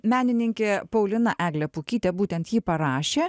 menininkė paulina eglė pukytė būtent ji parašė